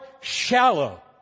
shallow